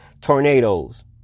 tornadoes